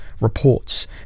reports